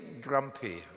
grumpy